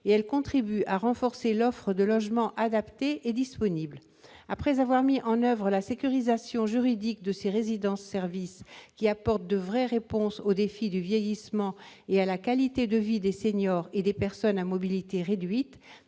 et contribuent à renforcer l'offre de logements adaptés et disponibles. Après avoir mis en oeuvre la sécurisation juridique de ces résidences-services, qui apportent de vraies réponses au défi du vieillissement et à celui de la qualité de vie des seniors et des personnes à mobilité réduite,